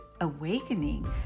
awakening